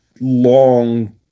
long